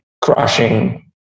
crushing